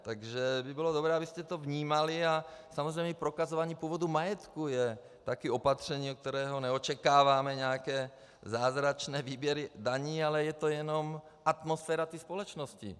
Takže by bylo dobré, abyste to vnímali, a samozřejmě i prokazování původu majetku je taky opatření, od kterého neočekáváme nějaké zázračné výběry daní, ale je to jenom atmosféra té společnosti.